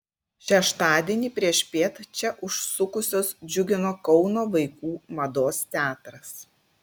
šeštadienį priešpiet čia užsukusius džiugino kauno vaikų mados teatras